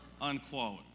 unquote